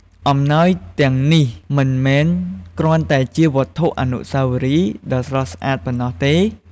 អំណោយទាំងនេះ មិនមែនគ្រាន់តែជាវត្ថុអនុស្សាវរីយ៍ដ៏ស្រស់ស្អាតប៉ុណ្ណោះទេ។